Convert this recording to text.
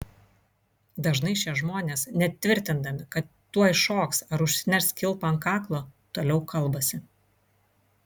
dažnai šie žmonės net tvirtindami kad tuoj šoks ar užsiners kilpą ant kaklo toliau kalbasi